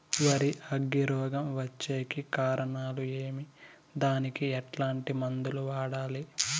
వరి అగ్గి రోగం వచ్చేకి కారణాలు ఏమి దానికి ఎట్లాంటి మందులు వాడాలి?